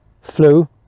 flu